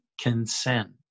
consent